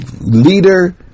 leader